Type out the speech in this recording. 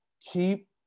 keep